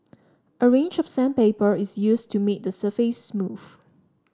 a range of sandpaper is used to make the surface smooth